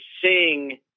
sing